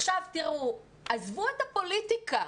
עזבו את הפוליטיקה.